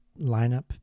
lineup